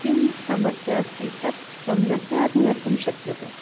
का समस्या अस्ति तत् सम्यक्तया ज्ञातुं शक्यते